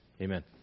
Amen